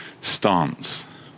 stance